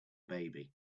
baby